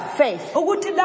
faith